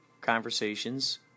conversations